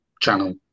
channel